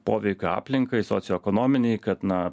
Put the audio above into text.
poveikio aplinkai socioekonominiai kad na